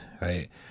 Right